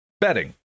betting